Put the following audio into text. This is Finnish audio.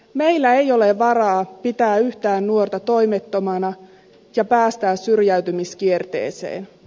meillä ei ole varaa pitää yhtään nuorta toimettomana ja päästää syrjäytymiskierteeseen